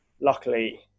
luckily